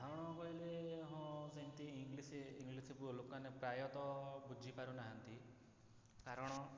ହଁ ବୋଇଲେ ହଁ ସେମିତି ଇଂଗ୍ଲିଶ୍ ଇଂଗ୍ଲିଶ୍ ବୁ ଲୋକମାନେ ପ୍ରାୟତଃ ବୁଝି ପାରୁନାହାନ୍ତି କାରଣ